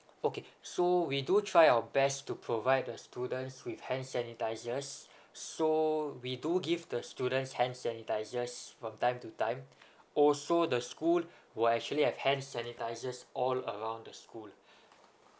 okay so we do try our best to provide the students with hand sanitisers so we do give the students hand sanitisers from time to time also the school will actually have hand sanitisers all around the school